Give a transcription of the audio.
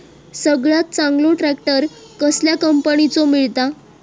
सगळ्यात चांगलो ट्रॅक्टर कसल्या कंपनीचो मिळता?